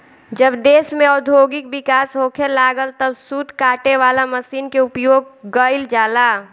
जब देश में औद्योगिक विकास होखे लागल तब सूत काटे वाला मशीन के उपयोग गईल जाला